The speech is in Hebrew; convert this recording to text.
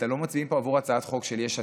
אתם לא מצביעים פה עבור הצעת חוק של יש עתיד,